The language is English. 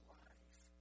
life